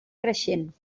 creixent